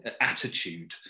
attitude